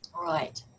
Right